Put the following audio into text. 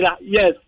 yes